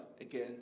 again